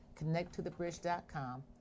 connecttothebridge.com